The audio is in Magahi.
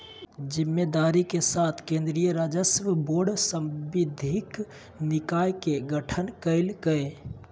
जिम्मेदारी के साथ केन्द्रीय राजस्व बोर्ड सांविधिक निकाय के गठन कइल कय